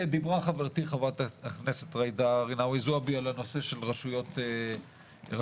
דיברה חברתי חברת הכנסת זואבי על הנושא של רשויות ערביות,